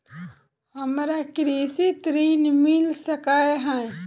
हमरा कृषि ऋण मिल सकै है?